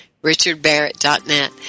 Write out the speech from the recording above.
richardbarrett.net